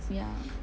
ya